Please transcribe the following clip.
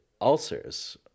ulcers